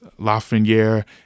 Lafreniere